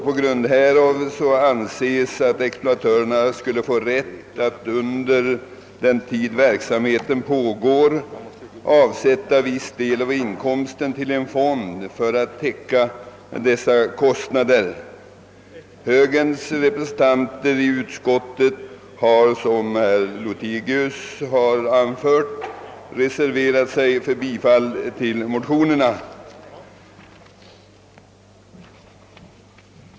På grund härav anser motionärerna det vara riktigt att exploatören får rätt att under den tid verksamheten pågår avsätta viss del av inkomsten till en fond för att täcka kostnaderna för återställningsarbetet. Högerns representanter i utskottet har, som herr Lothigius anfört, reserverat sig för bifall till motionerna.